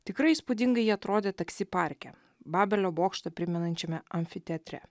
tikrai įspūdingai ji atrodė taksi parke babelio bokštą primenančiame amfiteatre